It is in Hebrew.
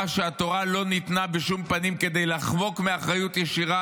שהתורה לא ניתנה בשום פנים כדי לחמוק מאחריות ישירה